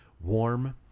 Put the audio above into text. warm